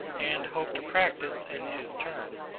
and hope to practice in his turn.